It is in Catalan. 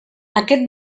aquest